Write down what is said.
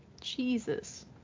Jesus